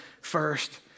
first